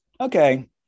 okay